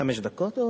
חמש דקות?